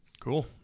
Cool